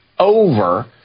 Over